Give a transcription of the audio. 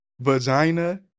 Vagina